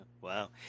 wow